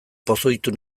pozoitu